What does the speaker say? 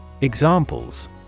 Examples